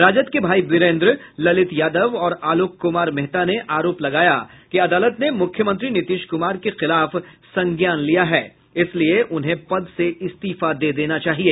राजद के भाई वीरेन्द्र ललित यादव और आलोक कुमार मेहता ने आरोप लगाया कि अदालत ने मुख्यमंत्री नीतीश कुमार के खिलाफ संज्ञान लिया है इसलिए उन्हें पद से इस्तीफा दे देना चाहिए